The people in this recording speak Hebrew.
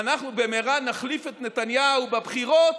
אנחנו במהרה נחליף את נתניהו בבחירות